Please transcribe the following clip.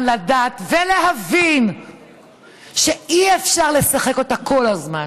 לדעת ולהבין שאי-אפשר לשחק אותה כל הזמן.